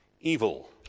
evil